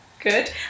good